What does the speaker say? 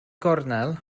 gornel